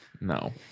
No